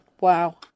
wow